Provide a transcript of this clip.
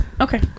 Okay